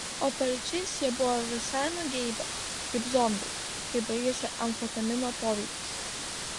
o paryčiais jie buvo visai nugeibę kaip zombiai kai baigėsi amfetamino poveikis